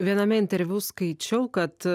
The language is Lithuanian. viename interviu skaičiau kad